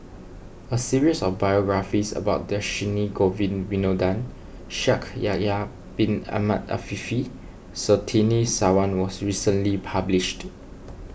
a series of biographies about Dhershini Govin Winodan Shaikh Yahya Bin Ahmed Afifi and Surtini Sarwan was recently published